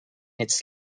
its